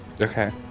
Okay